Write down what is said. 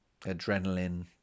adrenaline